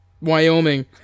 Wyoming